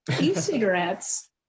E-cigarettes